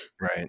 Right